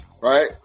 right